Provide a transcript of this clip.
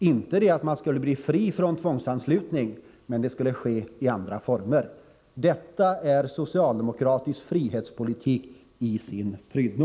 Man har alltså inte diskuterat att ta bort tvångsanslutningen, men att den skulle ske i andra former! Detta är socialdemokratisk frihetspolitik i sin prydno.